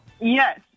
Yes